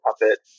puppet